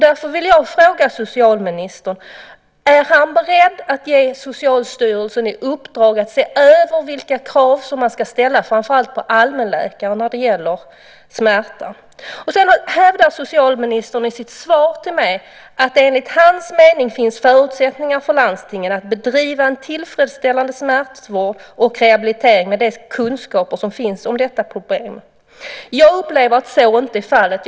Därför vill jag fråga socialministern om han är beredd att ge Socialstyrelsen i uppdrag att se över vilka krav man ska ställa på framför allt allmänläkare när det gäller smärta. Sedan hävdar socialministern i sitt svar till mig att det enligt hans mening finns förutsättningar för landstingen att bedriva en tillfredsställande smärtvård och rehabilitering med de kunskaper som finns om detta problem. Jag upplever att så inte är fallet.